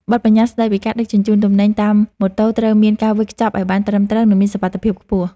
បទប្បញ្ញត្តិស្ដីពីការដឹកជញ្ជូនទំនិញតាមម៉ូតូត្រូវមានការវេចខ្ចប់ឱ្យបានត្រឹមត្រូវ និងមានសុវត្ថិភាពខ្ពស់។